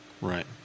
Right